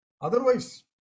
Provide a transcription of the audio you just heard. Otherwise